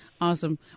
Awesome